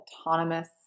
autonomous